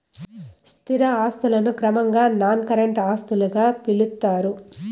స్థిర ఆస్తులను క్రమంగా నాన్ కరెంట్ ఆస్తులుగా పిలుత్తారు